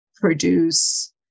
produce